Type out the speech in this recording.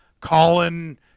colin